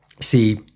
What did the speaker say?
See